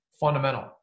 fundamental